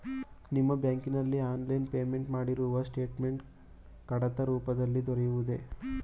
ನಿಮ್ಮ ಬ್ಯಾಂಕಿನಲ್ಲಿ online payment ಮಾಡಿರುವ ಸ್ಟೇಟ್ಮೆಂಟ್ ಕಡತ ರೂಪದಲ್ಲಿ ದೊರೆಯುವುದೇ?